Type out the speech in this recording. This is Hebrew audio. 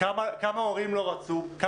כמה הורים לא רצו?